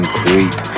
creep